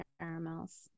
caramels